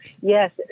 yes